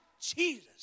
Jesus